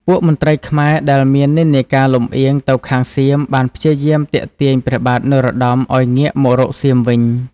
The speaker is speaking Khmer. ពួកមន្ត្រីខ្មែរដែលមាននិន្នាការលំអៀងទៅខាងសៀមបានព្យាយាមទាក់ទាញព្រះបាទនរោត្តមឲ្យងាកមករកសៀមវិញ។